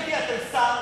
שר,